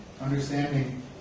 understanding